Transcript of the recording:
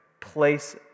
place